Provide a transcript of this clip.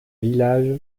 village